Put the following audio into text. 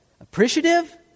Appreciative